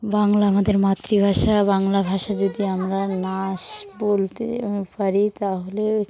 বাংলা আমাদের মাতৃভাষা বাংলা ভাষা যদি আমরা না বলতে পারি তাহলে